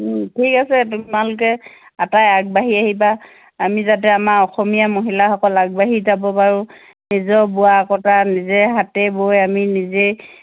ঠিক আছে তোমালোকে আটায়ে আগবাঢ়ি আহিবা আমি যাতে আমাৰ অসমীয়া মহিলাসকল আগবাঢ়ি যাব পাৰোঁ নিজৰ বোৱা কটা নিজে হাতে বৈ আমি নিজেই